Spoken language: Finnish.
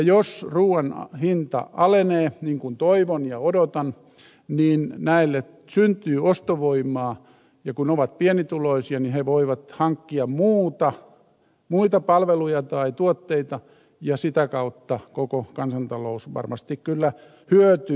jos ruuan hinta alenee niin kuin toivon ja odotan niin näille syntyy ostovoimaa ja kun he ovat pienituloisia niin he voivat hankkia muita palveluja tai tuotteita ja sitä kautta koko kansantalous varmasti kyllä hyötyy